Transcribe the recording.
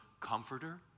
Comforter